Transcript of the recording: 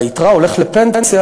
והיתרה הולכת לפנסיה,